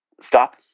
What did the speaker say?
stop